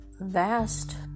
vast